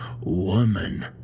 woman